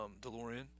DeLorean